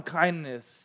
kindness